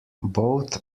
both